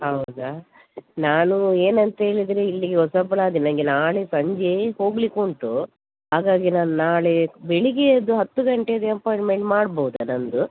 ಹೌದಾ ನಾನು ಏನಂತ ಹೇಳಿದ್ರೆ ಇಲ್ಲಿಗೆ ಹೊಸಬ್ಳಾದೆ ನನ್ಗೆ ನಾಳೆ ಸಂಜೆ ಹೋಗಲಿಕುಂಟು ಹಾಗಾಗಿ ನಾನು ನಾಳೆ ಬೆಳಿಗೆಯದ್ದು ಹತ್ತು ಗಂಟೆಗೆ ಅಪಾಯಿಂಟ್ಮೆಂಟ್ ಮಾಡ್ಬೋದಾ ನನ್ನದು